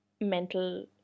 mental